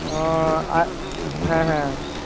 ও আর হ্যাঁ হ্যাঁ